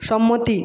সম্মতি